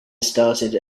started